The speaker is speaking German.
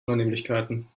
unannehmlichkeiten